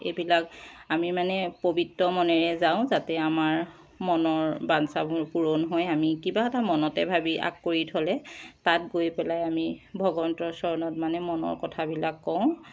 এইবিলাক আমি মানে পৱিত্ৰ মনেৰে যাওঁ যাতে আমাৰ মনৰ বাঞ্ছাবোৰ পূৰণ হয় আমি কিবা এটা মনতে ভাবি আগ কৰি থলে তাত গৈ পেলাই আমি মানে ভগৱন্তৰৰ চৰণত কথাবিলাক কওঁ